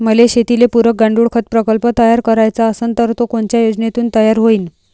मले शेतीले पुरक गांडूळखत प्रकल्प तयार करायचा असन तर तो कोनच्या योजनेतून तयार होईन?